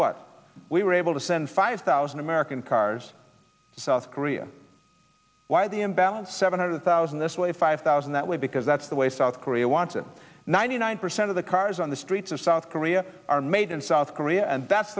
what we were able to send five thousand american cars south korea why the imbalance seven hundred thousand this way five thousand that way because that's the way south korea wants it ninety nine percent of the cars on the streets of south korea are made in south korea and that's